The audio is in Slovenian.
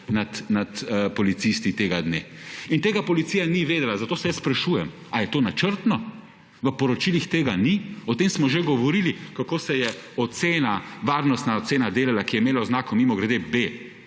nad policisti tega dne. In tega policija ni vedela, zato se jaz sprašujem ali je to načrtno. V poročilih tega ni. O tem smo že govorili kako se je ocena, varnostna ocena delala, ki je imela oznako mimogrede B,